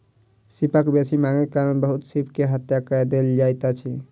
सीपक बेसी मांगक कारण बहुत सीप के हत्या कय देल जाइत अछि